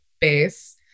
base